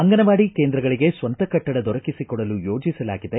ಅಂಗನವಾಡಿ ಕೇಂದ್ರಗಳಿಗೆ ಸ್ವಂತ ಕಟ್ಟಡ ದೊರಕಿಸಿಕೊಡಲು ಯೋಜಿಸಲಾಗಿದೆ